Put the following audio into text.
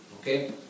Okay